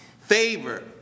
Favor